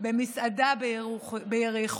במסעדה ביריחו.